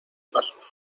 pasos